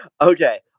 Okay